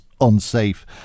unsafe